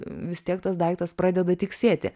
vis tiek tas daiktas pradeda tiksėti